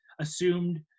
assumed